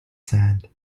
sand